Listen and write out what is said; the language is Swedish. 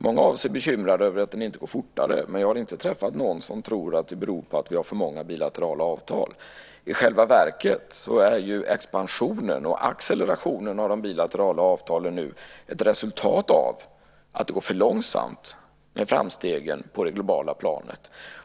Många av oss är bekymrade över att den inte går fortare, men jag har inte träffat någon som tror att det beror på att vi har för många bilaterala avtal. I själva verket är expansionen och accelerationen av de bilaterala avtalen just nu ett resultat av att det går för långsamt med framstegen på det globala planet.